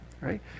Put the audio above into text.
right